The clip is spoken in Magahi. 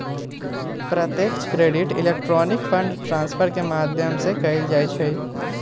प्रत्यक्ष क्रेडिट इलेक्ट्रॉनिक फंड ट्रांसफर के माध्यम से कएल जाइ छइ